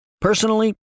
Personally